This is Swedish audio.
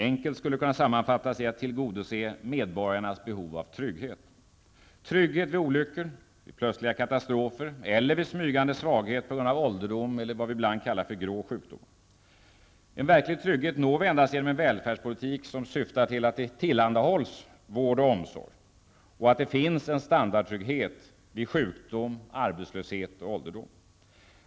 Enkelt sammanfattat handlar det om att tillgodose medborgarnas behov av trygghet, trygghet vid olyckor, vid plötsliga katastrofer eller vid smygande svaghet på grund av ålderdom eller vad vi ibland kallar för grå sjukdom. En verklig trygghet når vi endast genom en välfärdspolitik, som syftar till att det tillhandahålls vård och omsorg och att det finns en standardtrygghet vid sjukdom, arbetslöshet och ålderdom.